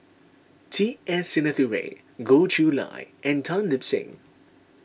T S Sinnathuray Goh Chiew Lye and Tan Lip Seng